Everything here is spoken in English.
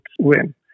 win